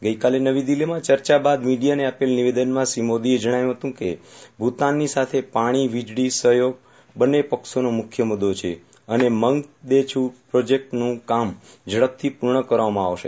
ગઈકાલે નવી દિલ્હીમાં ચર્ચા બાદ મિડીયાને આપેલ નિવેદનમાં શ્રી મોદીએ જણાવ્યું હતું કે ભૂતાનની સાથે પારૂી વિજળી સહયોગ બંને પક્ષોનો મુખ્ય મુદ્દો છે અને મંગદેછૂ પ્રોજેક્ટનું કામ ઝડપથી પૂર્ણ કરવામાં આવશે